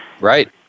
Right